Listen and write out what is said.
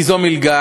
כי זו מלגה